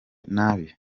nabi